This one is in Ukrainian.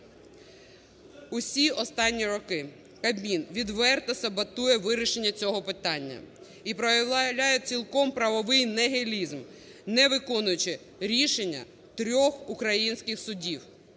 Усі останні роки Кабмін відверто саботує вирішення цього питання і проявляє цілком правовий нігілізм, не виконуючи рішення трьох українських судів: